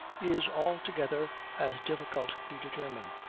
is altogether as difficult to determine.